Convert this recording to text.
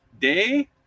day